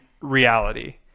reality